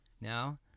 now